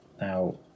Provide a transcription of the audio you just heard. Now